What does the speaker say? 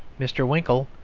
mr. winkle,